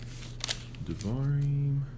Devarim